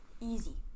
easy